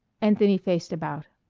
anthony faced about.